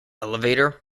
elevator